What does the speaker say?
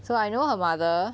so I know her mother